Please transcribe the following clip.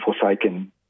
forsaken